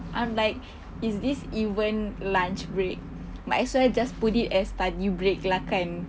I'm like is this even lunch break might as well just put it as study break lah kan